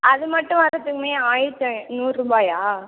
அது மட்டும் வர்றதுக்குமே ஆயிரத்து ஐந்நூறுரூபாயா